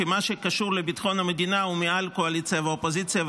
כי מה שקשור לביטחון המדינה הוא מעל קואליציה ואופוזיציה,